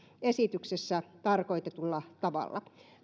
esityksessä tarkoitetulla tavalla